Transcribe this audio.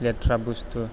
लेथ्रा बुस्थु